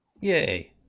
Yay